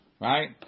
Right